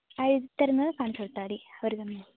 ആ എഴുതി തരുന്നത് കാണിച്ച് കൊടുത്താതി അവർ തന്നോളും